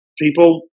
people